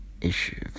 issue